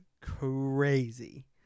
crazy